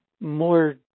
more